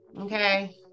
okay